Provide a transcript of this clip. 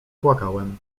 płakałem